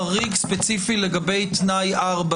חברים, אנחנו סיכמנו על סמכות שיורית להעברה.